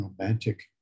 romantic